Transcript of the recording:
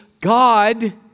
God